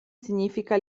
significa